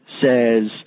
says